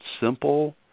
simple